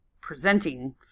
presenting